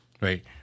right